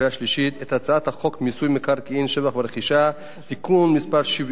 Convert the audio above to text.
את הצעת חוק מיסוי מקרקעין (שבח ורכישה) (תיקון מס' 74),